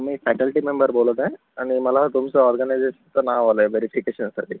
मी faculty member बोलत आहे आणि मला तुमच्या ऑर्गनायझेशनचं नाव आलं आहे वेरीफिकेशनसाठी